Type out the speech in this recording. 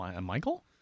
Michael